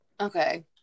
okay